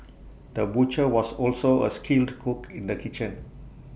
the butcher was also A skilled cook in the kitchen